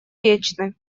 вечны